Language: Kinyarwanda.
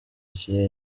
ikihe